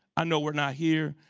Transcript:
i know we're not here.